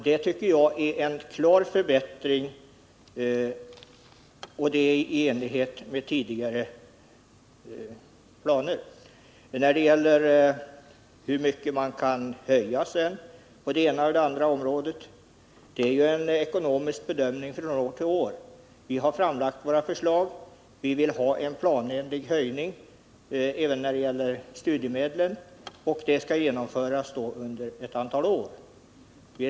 Det är en klar förbättring i enlighet med tidigare planer. Hur mycket man kan höja på det ena eller andra området beror på en ekonomisk bedömning från år till år. Vi har framlagt våra förslag. Vi vill ha en planenlig höjning av studiemedlen. Den höjningen skall genomföras under ett antal år.